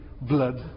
blood